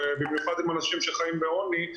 במיוחד עם אנשים שחיים בעוני,